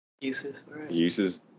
uses